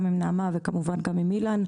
גם עם נעמה וכמובן גם עם אילן.